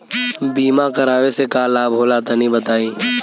बीमा करावे से का लाभ होला तनि बताई?